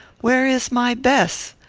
where is my bess?